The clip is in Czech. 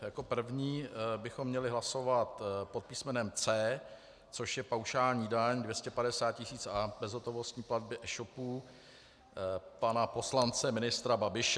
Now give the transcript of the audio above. Jako první bychom měli hlasovat návrh pod písmenem C, což je paušální daň 250 tisíc a bezhotovostní platby eshopů, pana poslance ministra Babiše.